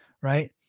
right